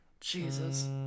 Jesus